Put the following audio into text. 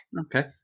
Okay